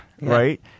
right